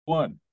one